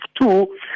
Two